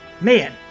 Man